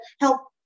help